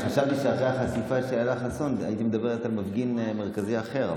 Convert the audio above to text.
חשבתי שאחרי החשיפה של אילה חסון היית מדברת על מפגין מרכזי אחר,